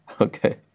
Okay